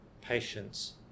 patience